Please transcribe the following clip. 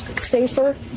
safer